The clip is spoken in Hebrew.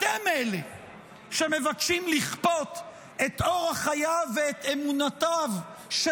אתם אלה שמבקשים לכפות את אורח חייו ואמונותיו של